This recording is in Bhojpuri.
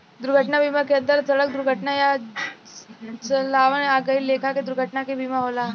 दुर्घटना बीमा के अंदर सड़क दुर्घटना आ जलावल आ कई लेखा के दुर्घटना के बीमा होला